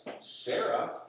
Sarah